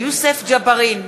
יוסף ג'בארין,